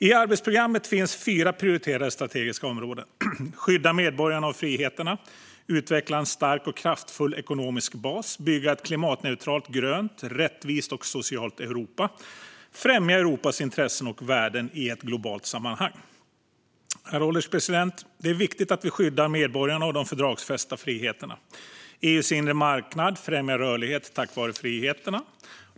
I arbetsprogrammet finns fyra prioriterade strategiska områden: att skydda medborgarna och friheterna att utveckla en stark och kraftfull ekonomisk bas att bygga ett klimatneutralt, grönt, rättvist och socialt Europa att främja Europas intressen och värden i ett globalt sammanhang. Herr ålderspresident! Det är viktigt att vi skyddar medborgarna och de fördragsfästa friheterna. EU:s inre marknad främjar rörlighet tack vare dessa friheter.